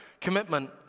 commitment